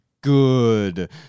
good